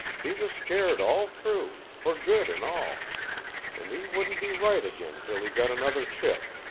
he was scared all through, for good and all and he wouldn't be right again till he got another ship.